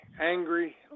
angry